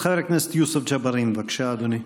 חבר הכנסת יוסף ג'בארין, בבקשה, אדוני.